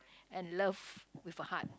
and love with a heart